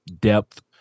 depth